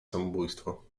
samobójstwo